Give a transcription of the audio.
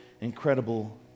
incredible